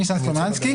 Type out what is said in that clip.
ניסן סלומינסקי,